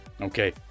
Okay